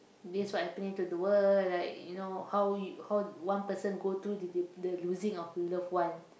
this what happening to the world like you know how you how one person go through the the losing of love one